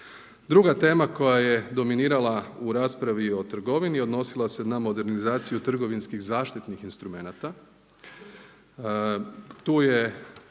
Druga tema koja je dominirala u raspravi o trgovini odnosila se na modernizaciju trgovinskih zaštitnih instrumenata.